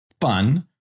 fun